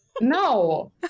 No